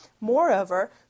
Moreover